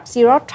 Zero